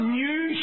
new